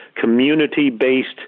community-based